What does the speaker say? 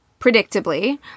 predictably